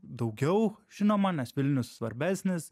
daugiau žinoma nes vilnius svarbesnis